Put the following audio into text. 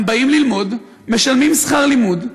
הם באים ללמוד, משלמים שכר לימוד,